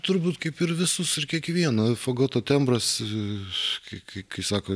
turbūt kaip ir visus ir kiekvieną fagoto tembras kai kai sako